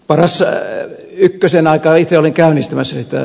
paras ykkösen aikaan itse olin käynnistämässä sitä